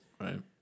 right